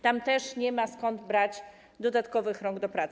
Tam też nie ma skąd brać dodatkowych rąk do pracy.